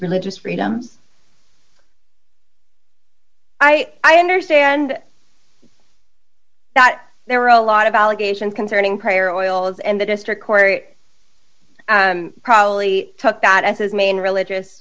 religious freedoms i understand that there were a lot of allegations concerning prayer oils and the district court probably took that as his main religious